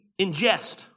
ingest